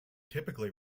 typically